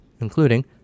including